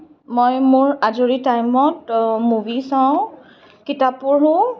মই মোৰ আজৰি টাইমত মুভি চাওঁ কিতাপ পঢ়োঁ